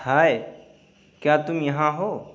ہائے کیا تم یہاں ہو